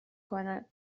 کند